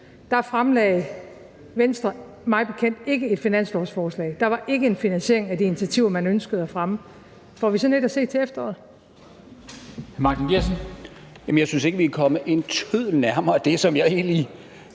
år fremlagde Venstre mig bekendt ikke et finanslovsforslag. Der var ikke en finansiering af de initiativer, man ønskede at fremme. Får vi sådan et at se til efteråret?